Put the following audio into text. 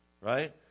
right